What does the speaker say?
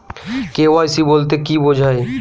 KYC বলতে কি বোঝায়?